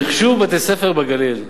מחשוב בתי-הספר בגליל,